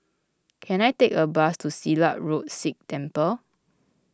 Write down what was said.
can I take a bus to Silat Road Sikh Temple